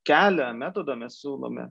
kelią metodą mes siūlome